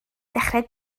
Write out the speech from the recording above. ddechrau